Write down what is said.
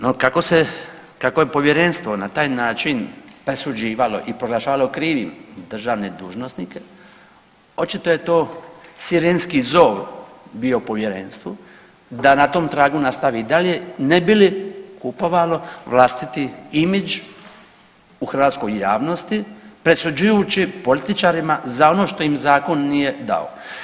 No kako se, kako je povjerenstvo na taj način presuđivalo i proglašavalo krivim državne dužnosnike očito je to sirenski zov bio povjerenstvu da na tom tragu nastavi i dalje ne bi li kupovalo vlastiti imidž u hrvatskoj javnosti presuđujući političarima za ono što im zakon nije dao.